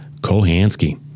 Kohansky